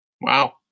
Wow